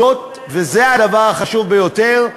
וזה הדבר החשוב ביותר,